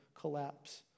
collapse